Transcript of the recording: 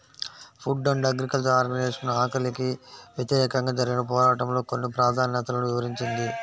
food and agriculture organisation ఆకలికి వ్యతిరేకంగా జరిగిన పోరాటంలో కొన్ని ప్రాధాన్యతలను వివరించింది